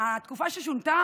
התקופה ששונתה